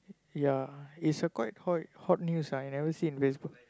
ya it's a quite quite hot news you never see in Facebook